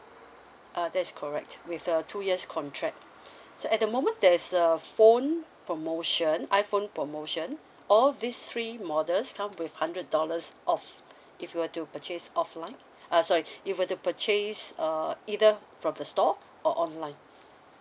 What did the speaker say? uh that is correct with the two years contract so at the moment there is a phone promotion iphone promotion all these three models come with hundred dollars off if you were to purchase offline uh sorry you were to purchase uh either from the store or online